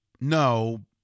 no